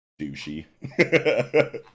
douchey